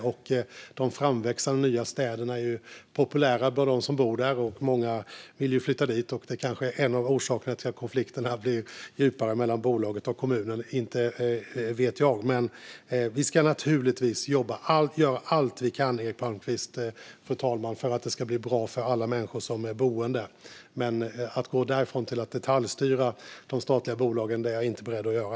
De framväxande nya städerna är populära bland dem som bor där, och många vill flytta dit. Det kanske är en av orsakerna till att konflikterna blir djupare mellan bolaget och kommunen - inte vet jag. Men vi ska naturligtvis göra allt vi kan, Eric Palmqvist och fru talman, för att det ska bli bra för alla människor som är boende där. Men att gå därifrån till att detaljstyra de statliga bolagen är jag inte beredd att göra.